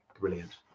brilliant